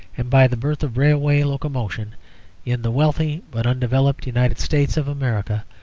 and by the birth of railway locomotion in the wealthy but undeveloped united states of america,